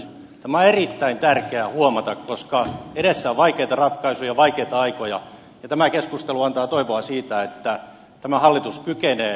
tämä on erittäin tärkeä huomata koska edessä on vaikeita ratkaisuja vaikeita aikoja ja tämä keskustelu antaa toivoa siitä että tämä hallitus kykenee toiminaan näinä vaikeina aikoina